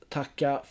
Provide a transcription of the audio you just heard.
tacka